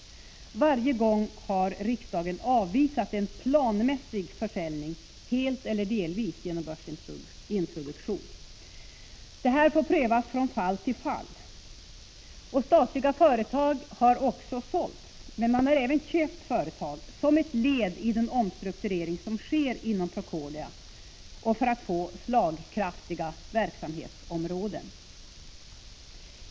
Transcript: Varje gång har riksdagen avvisat tanken på en planmässig försäljning, helt eller delvis genom börsintroduktion. Detta är en fråga som får prövas från fall till fall. Statliga företag har också sålts, men Procordia har även köpt företag som ett led i den omstrukturering som sker inom företaget för att få slagkraftiga verksamhetsområden.